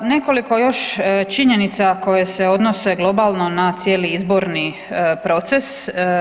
Nekoliko još činjenica koje se odnose globalno na cijeli izborni proces.